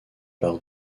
par